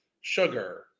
sugar